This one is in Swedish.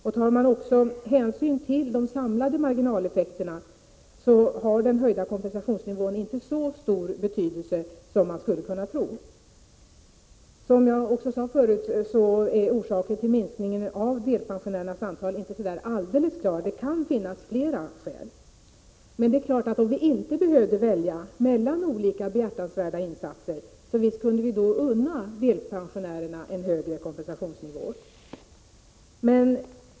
Tar man sedan också hänsyn till de samlade marginaleffekterna har den höjda kompensationsnivån inte så stor betydelse som man skulle kunna tro. Som jag sade tidigare är orsaken till minskningen av antalet delpensionärer inte alldeles klar. Det kan finnas fler skäl. Om vi inte behövde välja mellan olika behjärtansvärda insatser så kunde vi visst unna delpensionärerna en högre kompensationsnivå.